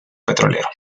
petrolero